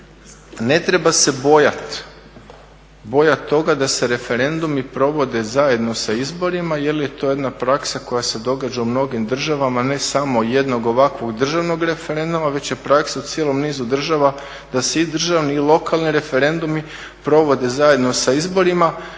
Ne treba se bojat toga da se referendumi provode zajedno sa izborima jer je to jedna praksa koja se događa u mnogim državama a ne samo jednog ovakvog državnog referenduma već je praksa u cijelom nizu država da se svi državni i lokalni referendumi provode zajedno sa izborima.